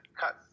cut